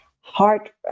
heart